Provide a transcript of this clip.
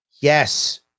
Yes